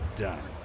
done